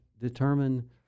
determine